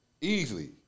easily